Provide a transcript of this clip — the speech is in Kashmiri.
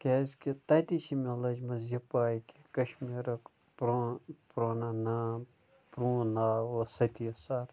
کیٛازِکہِ تَتی چھِ مےٚ لٔجمٕژ یہِ پَے کہِ کَشمیٖرُک پرٛون پرٛونا نام پرٛون ناو اوس سٔتی سَر